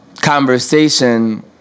conversation